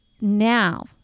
now